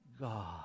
God